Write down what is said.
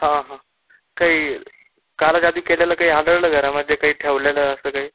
हां हां काही काळा जादू केलेलं काही आढळलं घरामध्ये काही ठेवलेलं असं काही